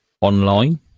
online